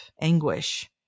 anguish